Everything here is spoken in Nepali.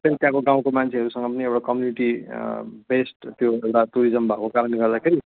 फेरि त्यहाँको गाउँको मान्छेहरूसँग पनि एउटा कम्युनिटी बेस्ट त्यो एउटा टुरिज्म भएको कारणले गर्दाखेरि